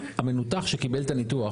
המנותח שקיבל את הניתוח,